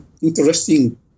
interesting